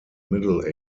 middle